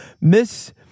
Miss